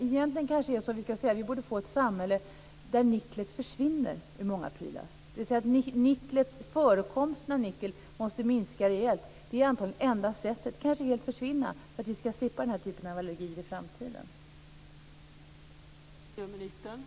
Egentligen kanske vi ska säga att vi borde få ett samhälle där nickel försvinner ur många prylar, dvs. förekomsten av nickel måste minska rejält, kanske försvinna helt för att vi ska slippa den här typen av allergi i framtiden. Det är antagligen enda sättet.